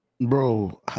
Bro